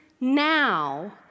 now